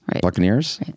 Buccaneers